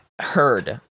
heard